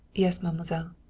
yes, mademoiselle.